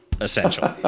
essentially